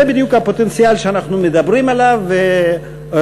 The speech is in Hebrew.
זה בדיוק הפוטנציאל שאנחנו מדברים עליו ומנסים,